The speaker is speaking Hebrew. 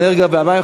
האנרגיה והמים,